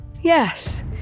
Yes